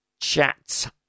chat